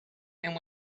and